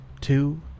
two